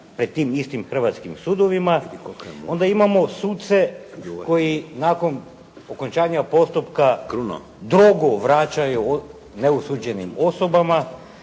pred tim istim hrvatskim sudovima. Onda imamo suce koji nakon okončanja postupka drogu vraćaju neosuđenim osobama